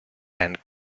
and